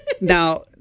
Now